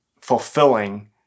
fulfilling